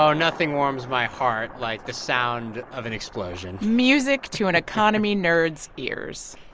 um nothing warms my heart like the sound of an explosion music to an economy nerd's ears.